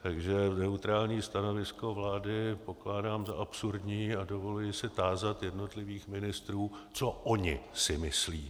Takže neutrální stanovisko vlády pokládám za absurdní a dovoluji se tázat jednotlivých ministrů, co oni si myslí.